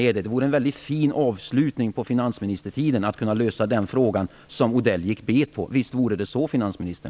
Det vore en fin avslutning på finansministertiden att hitta en lösning på den fråga som Odell gick bet på, eller hur, finansministern?